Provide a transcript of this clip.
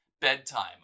bedtime